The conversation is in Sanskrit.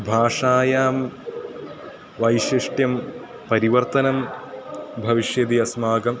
भाषायां वैशिष्ट्यं परिवर्तनं भविष्यति अस्माकम्